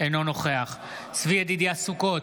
אינו נוכח צבי ידידיה סוכות,